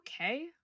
okay